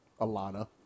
Alana